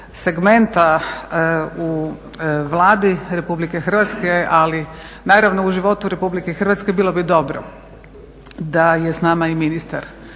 segmenta u Vladi Republike Hrvatske ali naravno u životu Republike Hrvatske, bilo bi dobro da je s nama ministar